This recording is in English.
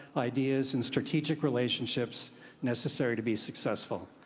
ideas, and strategic relationships necessary to be successful.